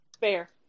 Fair